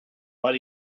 but